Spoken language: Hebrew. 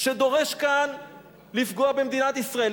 שדורש כאן לפגוע במדינת ישראל.